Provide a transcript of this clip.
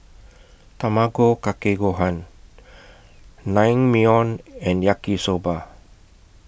Tamago Kake Gohan Naengmyeon and Yaki Soba